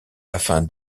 afin